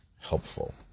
helpful